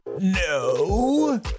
No